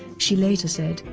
she later said,